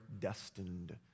destined